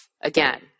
again